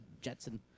Jetson